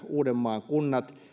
uudenmaan kunnat